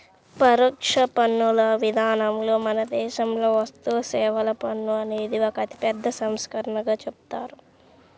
పరోక్ష పన్నుల విధానంలో మన దేశంలో వస్తుసేవల పన్ను అనేది ఒక అతిపెద్ద సంస్కరణగా చెబుతారు